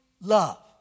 love